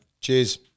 Cheers